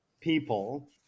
people